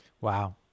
Wow